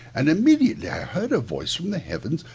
and immediately i heard a voice from the heavens,